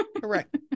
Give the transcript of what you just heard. Correct